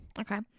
Okay